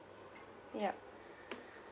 yup